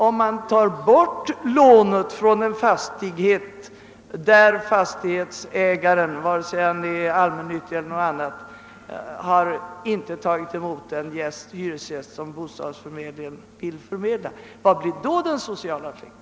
Om man tar bort lånet från en fastighet, där fastighetsägaren — vare sig det är fråga om en allmännyttig stiftelse eller om någonting annat — inte har accepterat den hyresgäst som bostadsförmedlingen velat förmedla, vad blir då den sociala effekten?